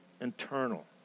internal